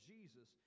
Jesus